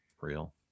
real